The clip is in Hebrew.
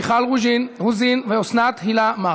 מיכל רוזין ואוסנת הילה מארק.